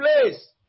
place